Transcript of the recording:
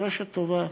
רשת טובה,